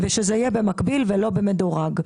ושזה יהיה במקביל ולא במדורג.